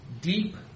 deep